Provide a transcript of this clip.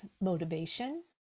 motivation